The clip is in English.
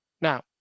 Now